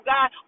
God